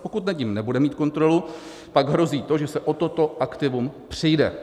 Pokud nad ním nebude mít kontrolu, pak hrozí to, že se o toto aktivum přijde.